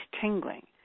tingling